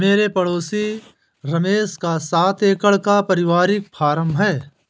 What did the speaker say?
मेरे पड़ोसी रमेश का सात एकड़ का परिवारिक फॉर्म है